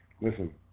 Listen